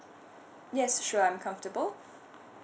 yes sure I'm comfortable